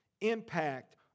impact